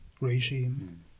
regime